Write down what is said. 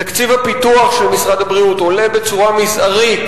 תקציב הפיתוח של משרד הבריאות עולה בצורה מזערית